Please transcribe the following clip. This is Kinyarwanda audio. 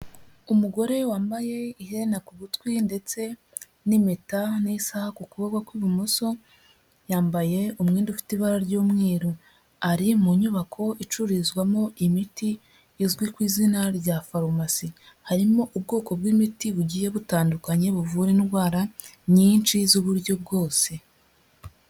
Umugore wambaye iherena ku gutwi ndetse n'impeta n'isaha ku kuboko kw'ibumoso, yambaye umwenda ufite ibara ry'umweru ari mu nyubako icururizwamo imiti izwi ku izina rya farumasi, harimo ubwoko bw'imiti bugiye butandukanye buvura indwara nyinshi z'uburyo bwose.